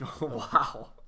Wow